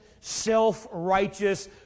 self-righteous